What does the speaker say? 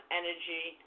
energy